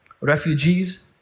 refugees